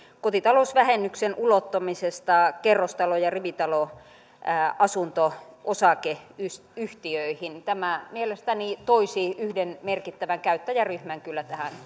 kotitalousvähennyksen ulottamisesta kerrostalo ja rivitaloasunto osakeyhtiöihin tämä mielestäni toisi yhden merkittävän käyttäjäryhmän kyllä tähän